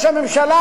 ראש הממשלה,